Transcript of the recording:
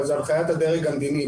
אבל זו הנחיית הדרג המדיני.